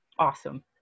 Awesome